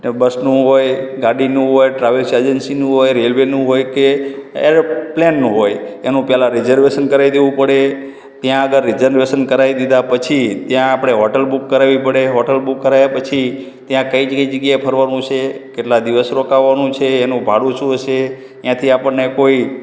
બસનું હોય ગાડીનું હોય ટ્રાવેલ્સ એજન્સીનું હોય રેલવેનું હોય કે ઍરોપ્લેનનું હોય એનું પહેલાં રિઝર્વેશન કરાવી દેવું પડે ત્યાં આગળ રિઝર્વેશન કરાવી દીધા પછી ત્યાં આપણે હોટલ બૂક કરાવવી પડે અને હોટલ બૂક કરાવ્યા પછી ત્યાં કઈ કઈ જગ્યાએ ફરવાનું છે કેટલા દિવસ રોકવાનું છે એનું ભાડું શું હશે ત્યાંથી આપણને કોઈ